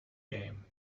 game